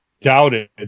doubted